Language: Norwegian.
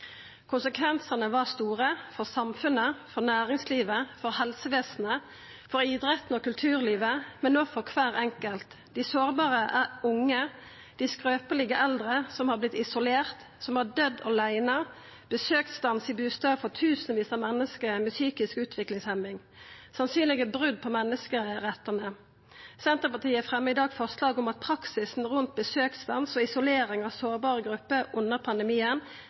Konsekvensane var store for samfunnet, næringslivet, helsevesenet, idretten og kulturlivet, men òg for kvar enkelt: dei sårbare unge, dei skrøpelege eldre, som har vorte isolerte, og som har døydd aleine, det har vore besøksstans i bustader for tusenvis av menneske med psykisk utviklingshemming – sannsynlege brot på menneskerettane. Senterpartiet fremjar i dag forslag om at praksisen rundt besøksstans og isolering av sårbare grupper under pandemien